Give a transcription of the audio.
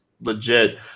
legit